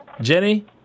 Jenny